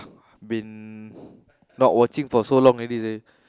been not watching for so long already seh